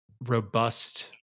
robust